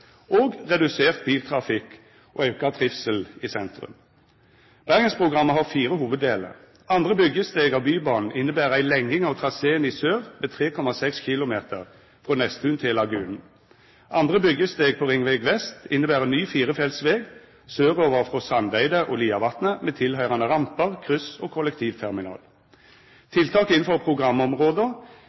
og redusert biltrafikk og auka trivsel i sentrum. Bergensprogrammet har fire hovuddelar: Andre byggjesteg av Bybanen inneber ei lenging av traseen i sør med 3,6 km frå Nesttun til Lagunen. Andre byggjesteg på Ringveg vest inneber ein ny firefelts veg sørover frå Sandeide og Liavatnet med tilhøyrande rampar, kryss og kollektivterminal. Tiltak innanfor programområda